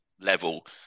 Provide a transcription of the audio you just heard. level